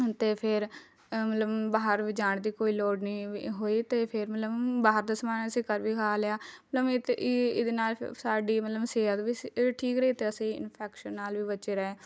ਅਤੇ ਫਿਰ ਮਤਲਬ ਬਾਹਰ ਵੀ ਜਾਣ ਦੀ ਕੋਈ ਲੋੜ ਨਹੀਂ ਹੋਈ ਅਤੇ ਫਿਰ ਮਤਲਬ ਬਾਹਰ ਦਾ ਸਮਾਨ ਅਸੀਂ ਘਰ ਵੀ ਖਾ ਲਿਆ ਲੰਮੇ ਇਹਤੇ ਇਹ ਇਹਦੇ ਨਾਲ਼ ਸਾਡੀ ਮਤਲਬ ਸਿਹਤ ਵੀ ਸੀ ਠੀਕ ਰਹੀ ਅਤੇ ਅਸੀਂ ਇਨਫੈਕਸ਼ਨ ਨਾਲ਼ ਵੀ ਬਚੇ ਰਹੇ